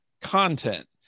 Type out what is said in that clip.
content